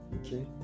Okay